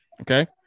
okay